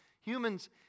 humans